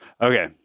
Okay